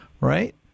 right